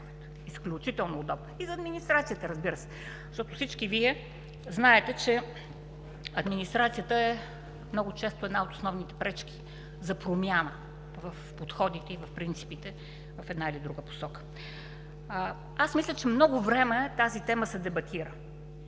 Изключително удобно и за администрацията, разбира се. Всички вие знаете, че администрацията е много често една от основните пречки за промяна в подходите и в принципите в една или друга посока. Мисля, че много време тази тема се дебатира.